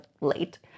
late